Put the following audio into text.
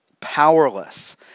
powerless